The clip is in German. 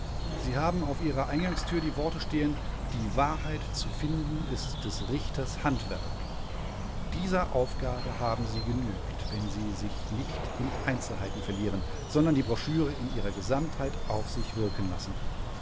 sie haben auf ihrer eingangstür die worte stehen die wahrheit zu finden ist des richters handwerk dieser aufgabe haben sie genügt wenn sie sich nicht in einzelheiten verlieren sondern die broschüre in ihrer gesamtheit auf sich wirken lassen